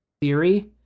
theory